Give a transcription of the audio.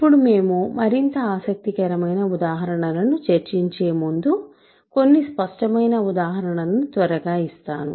ఇప్పుడు మేము మరింత ఆసక్తికరమైన ఉదాహరణలను చర్చించే ముందు కొన్ని స్పష్టమైన ఉదాహరణలను త్వరగా ఇస్తాను